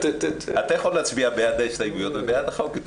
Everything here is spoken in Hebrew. אתה יכול להצביע בעד ההסתייגויות ובעד החוק.